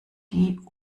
die